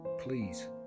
Please